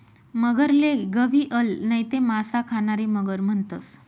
मगरले गविअल नैते मासा खानारी मगर म्हणतंस